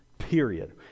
period